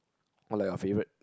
or like your favorite